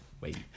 Wait